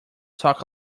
talk